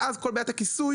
ואז כל בעיית הכיסוי